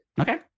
Okay